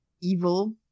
evil